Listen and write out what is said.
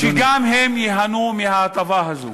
שגם הם ייהנו מההטבה הזאת.